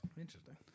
Interesting